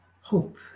hope